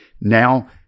Now